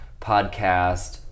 podcast